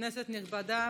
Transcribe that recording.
כנסת נכבדה,